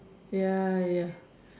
ya ya